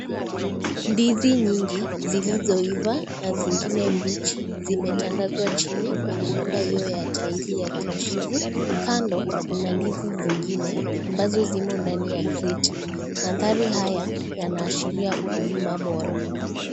Ndizi nyingi zilizoiva na zingine mbichi zimetandazwa chini kwenye nyumba iyo ya taili ya kuchivu, kando kuna ndizi zingine ambazo zimondani ya (CS)kreti(CS), mandari haya yanashiria ukulima mbora.